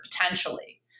potentially